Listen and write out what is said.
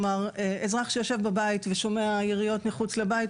אזרח שיושב בבית ושומע יריות מחוץ לבית,